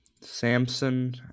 Samson